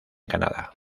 canadá